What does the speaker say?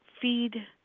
feed